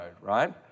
right